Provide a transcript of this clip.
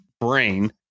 brain